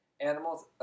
animals